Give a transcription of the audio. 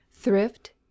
Thrift